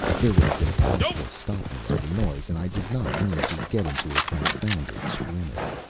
there would have been a rush to stop me at the noise, and i did not mean to get into a confounded scrimmage.